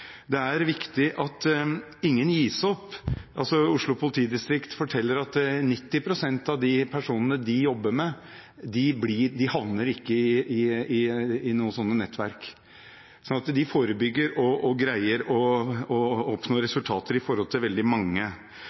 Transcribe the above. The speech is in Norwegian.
Det er viktig at ingen gis opp. Oslo politidistrikt forteller at 90 pst. av de personene de jobber med, ikke havner i sånne nettverk. Så de forebygger og greier å oppnå resultater for veldig mange.